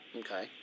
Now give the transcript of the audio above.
okay